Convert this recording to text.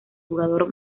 jugador